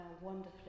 wonderfully